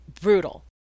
brutal